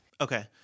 Okay